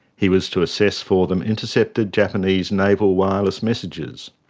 he was to assess for them intercepted japanese naval wireless messages.